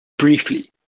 Briefly